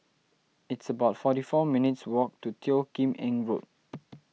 it's about forty four minutes' walk to Teo Kim Eng Road